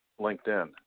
LinkedIn